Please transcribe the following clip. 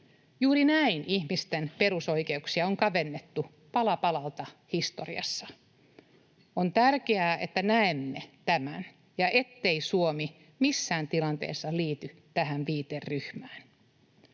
Juuri näin ihmisten perusoikeuksia on kavennettu pala palalta historiassa. On tärkeää, että näemme tämän ja ettei Suomi missään tilanteessa liity tähän viiteryhmään.